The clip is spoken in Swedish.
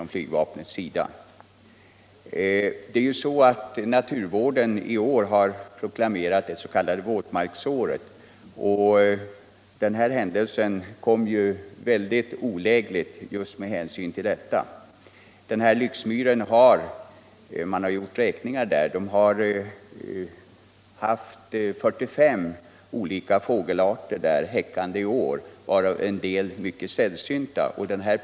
Om val av plats för I år har man inom naturvården proklamerat det s.k. våtmarksåret. — hombfällningsöv Den här händelsen kom mycket olägligt med hänsyn till detta. Räkningar = ningar inom : som gjorts på Lycksmyren visar att 45 olika fågelarter, varav en del myck — flygvapnet et sällsynta, har häckat där i år.